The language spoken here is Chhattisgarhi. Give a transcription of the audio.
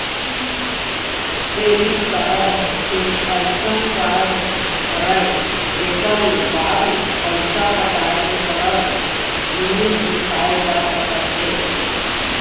क्रेडिट कारड ह एक अइसन कारड हरय जेखर ले बाद म पइसा पटाय के सरत म जिनिस बिसाए जा सकत हे